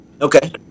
Okay